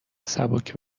سبک